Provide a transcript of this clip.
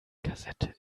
kassette